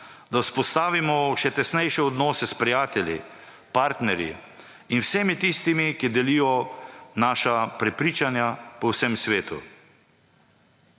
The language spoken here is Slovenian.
da vzpostavimo še tesnejše odnose s prijatelji, partnerji in vsemi tistimi, ki delijo naša prepričanja po vsem svetu.